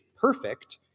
perfect